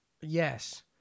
Yes